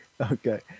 Okay